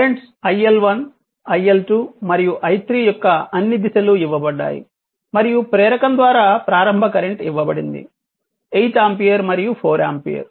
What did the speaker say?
currents iL1 iL2 మరియు i3 యొక్క అన్ని దిశలు ఇవ్వబడ్డాయి మరియు ప్రేరకం ద్వారా ప్రారంభ కరెంట్ ఇవ్వబడింది 8 ఆంపియర్ మరియు 4 ఆంపియర్